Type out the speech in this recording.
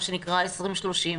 מה שנקרא 2030,